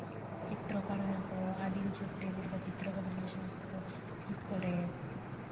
ᱪᱤᱛᱨᱚᱠᱟᱨ ᱢᱮᱱᱟᱜ ᱠᱚᱣᱟ ᱟᱨ ᱟᱹᱫᱤᱢ ᱡᱩᱜᱽᱨᱮ ᱡᱮᱞᱮᱠᱟ ᱪᱤᱛᱨᱚ ᱠᱚ ᱵᱮᱱᱟᱣᱟ ᱠᱚ ᱵᱷᱤᱛ ᱠᱚᱨᱮᱫ